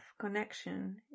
connection